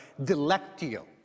delectio